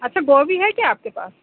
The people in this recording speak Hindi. अच्छा गोबी है क्या आपके पास